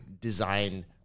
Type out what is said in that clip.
design